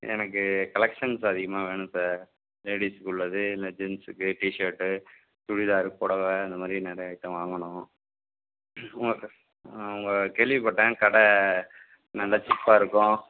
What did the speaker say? எனக்கு கலெக்ஷன்ஸு அதிகமாக வேணும் சார் லேடிஸுக்கு உள்ளது இந்த ஜென்ஸுக்கு டிஷர்ட்டு சுடிதாரு புடவ அந்த மாதிரி நிறைய ஐட்டம் வாங்கணும் ஆமாம் சார் உங்களை கேள்விப்பட்டேன் கடை நல்ல சீப்பாயிருக்கும்